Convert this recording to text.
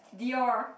Dior